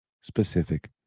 specific